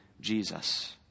Jesus